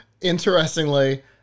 Interestingly